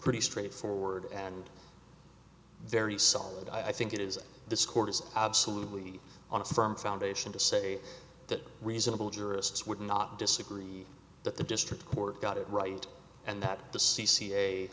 pretty straightforward and very solid i think it is this court is absolutely on a firm foundation to say that reasonable jurists would not disagree that the district court got it right and that the c c